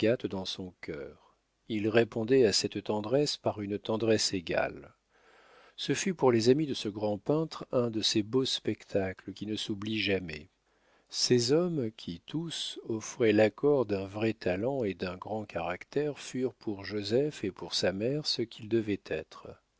dans son cœur il répondait à cette tendresse par une tendresse égale ce fut pour les amis de ce grand peintre un de ces beaux spectacles qui ne s'oublient jamais ces hommes qui tous offraient l'accord d'un vrai talent et d'un grand caractère furent pour joseph et pour sa mère ce qu'ils devaient être